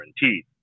guaranteed